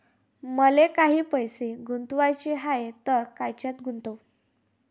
मले काही पैसे गुंतवाचे हाय तर कायच्यात गुंतवू?